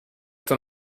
ton